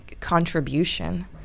contribution